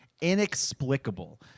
Inexplicable